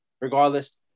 Regardless